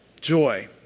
Joy